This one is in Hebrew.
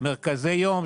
מרכזי יום,